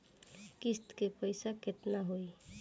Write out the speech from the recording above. किस्त के पईसा केतना होई?